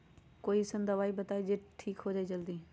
कोई अईसन दवाई बताई जे से ठीक हो जई जल्दी?